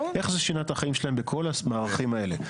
איך זה שינה את החיים שלהם בכל המערכים האלה?